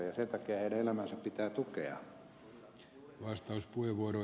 sen takia heidän elämäänsä pitää tukea